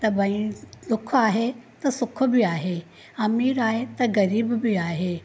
त भई दुखु आहे त सुखु बि आहे अमीर आहे त ग़रीबु बि आहे